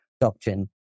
doctrine